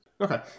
Okay